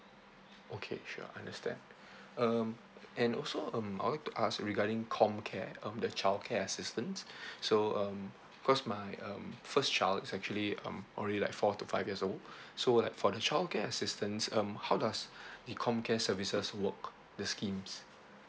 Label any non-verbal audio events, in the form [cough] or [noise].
okay sure understand um and also um I'd like to ask regarding comcare um the childcare assistance [breath] so um cause my um first child is actually um only like four to five years old so like for the childcare assistance um how does the comcare services work the schemes